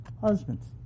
Husbands